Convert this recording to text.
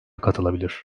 katılabilir